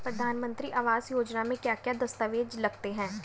प्रधानमंत्री आवास योजना में क्या क्या दस्तावेज लगते हैं?